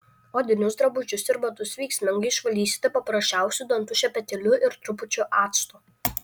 odinius drabužius ir batus veiksmingai išvalysite paprasčiausiu dantų šepetėliu ir trupučiu acto